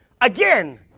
Again